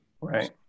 Right